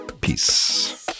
Peace